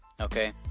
okay